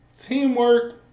Teamwork